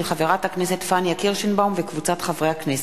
של חברת הכנסת פניה קירשנבאום וקבוצת חברי הכנסת.